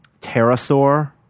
Pterosaur